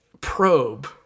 probe